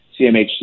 cmhc